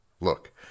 Look